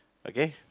okay